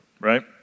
right